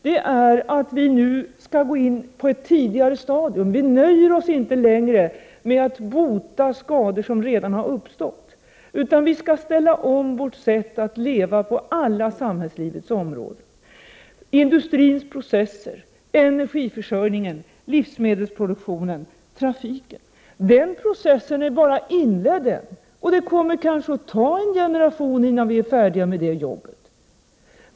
Vi skall nu gå in på ett tidigare stadium. Vi nöjer oss inte längre med att bota skador som redan har uppstått. I stället skall vi ställa om vårt sätt att leva på alla samhällslivets områden. 117 När det gäller industrin, energiförsörjningen, livsmedelsproduktionen och trafiken är processen bara inledd. Det kommer kanske att dröja en generation innan vi är färdiga med det jobbet.